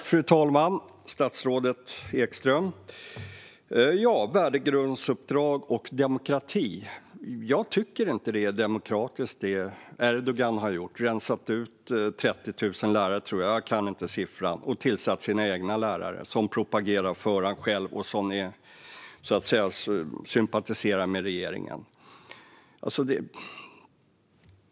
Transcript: Fru talman! Statsrådet Ekström! Värdegrundsuppdrag och demokrati, ja. Jag tycker inte att det är demokratiskt, det Erdogan har gjort. Han har rensat ut 30 000 lärare - tror jag; jag kan inte siffran - och tillsatt sina egna, alltså lärare som propagerar för honom och sympatiserar med regeringen.